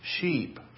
sheep